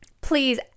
please